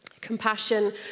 Compassion